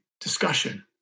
discussion